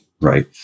right